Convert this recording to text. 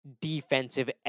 defensive